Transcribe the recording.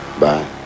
bye